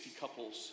couples